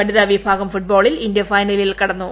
വനിതാ വിഭാഗം ഫുട്ബോളിൽ ഇന്ത്യ ഫൈനലിൽ കടന്നു